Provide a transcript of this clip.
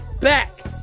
back